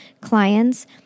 clients